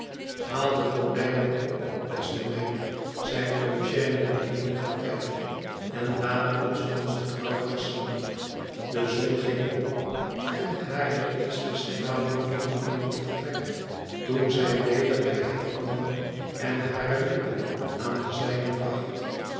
haal dé gordijnen op beste meid zei eugène na eenigen tijd en laat ons onzen trouwdag zien de zon ging op en hare eerste stralen vielen in het vertrek toen zij weder bij hem kwam en hare lippen aan de zijne bracht